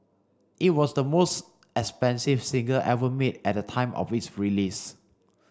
it was the most expensive single ever made at the time of its release